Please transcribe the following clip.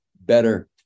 better